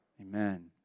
Amen